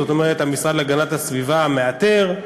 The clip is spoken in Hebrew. זאת אומרת, המשרד להגנת הסביבה מאתר,